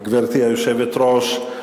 גברתי היושבת-ראש,